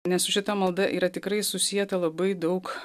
nes su šita malda yra tikrai susieta labai daug